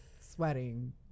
sweating